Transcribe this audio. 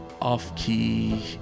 off-key